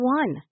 one